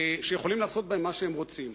שיכולים לעשות בהם מה שהם רוצים.